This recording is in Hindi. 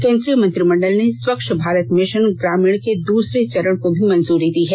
केंद्रीय मंत्रिमंडल ने स्वच्छ भारत मिशन ग्रामीण के दूसरे चरण को भी मंजुरी दी है